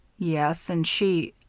yes, and she